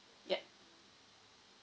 yup